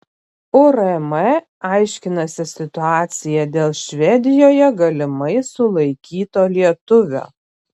urm aiškinasi situaciją dėl švedijoje galimai sulaikyto lietuvio